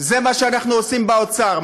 זה מה שאנחנו עושים באוצר.